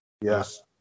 yes